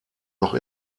noch